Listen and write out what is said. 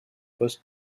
poste